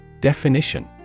Definition